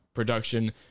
Production